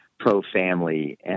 pro-family